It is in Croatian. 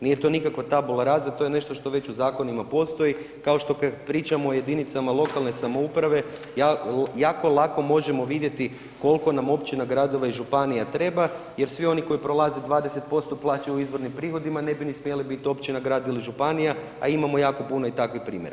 Nije to nikakva tabula rasa to je nešto što već u zakonima postoji kao što pričamo o jedinicama lokalne samouprave jako lako možemo vidjeti koliko nam općina, gradova i županija treba jer svi oni koji prolaze 20% plaćaju izvornim prihodima ne bi ni smjeli biti općina, grad ili županija, a imamo jako puno i takvih primjera.